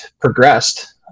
progressed